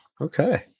Okay